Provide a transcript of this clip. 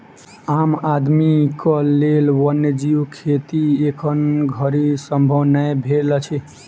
आम आदमीक लेल वन्य जीव खेती एखन धरि संभव नै भेल अछि